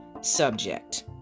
subject